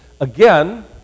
Again